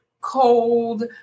cold